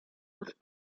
with